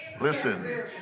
Listen